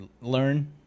learn